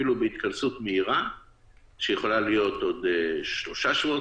אפילו בהתכנסות מהירה שיכולה להיות עוד שלושה שבועות,